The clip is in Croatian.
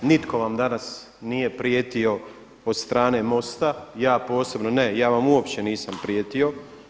Nitko vam danas nije prijetio od strane MOST-a, ja posebno ne, ja vam uopće nisam prijetio.